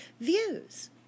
views